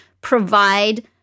provide